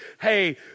hey